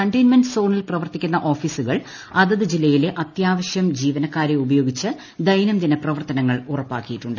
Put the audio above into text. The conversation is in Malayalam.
കണ്ടെയ്ൻമെന്റ് സോണിൽ പ്രവർത്തിക്കുന്ന ഓഫീസുകൾ അതത് ജില്ലയിലെ അത്യാവശ്യം ജീവനക്കാരെ ഉപയോഗിച്ച് ദൈനദിന പ്രവർത്തനങ്ങൾ ഉറപ്പാക്കിയിട്ടുണ്ട്